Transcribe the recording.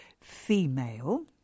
female